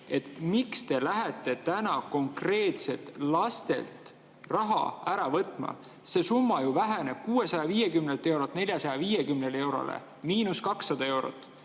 see: miks te lähete täna konkreetselt lastelt raha ära võtma? See summa ju väheneb 650 eurolt 450 eurole, miinus 200 eurot;